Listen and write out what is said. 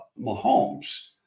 Mahomes